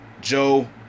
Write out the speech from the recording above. Joe